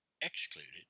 excluded